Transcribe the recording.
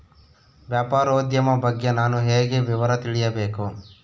ವ್ಯಾಪಾರೋದ್ಯಮ ಬಗ್ಗೆ ನಾನು ಹೇಗೆ ವಿವರ ತಿಳಿಯಬೇಕು?